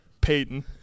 Peyton